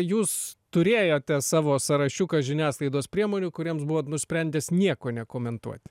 jūs turėjote savo sąrašiuką žiniasklaidos priemonių kuriems buvot nusprendęs nieko nekomentuoti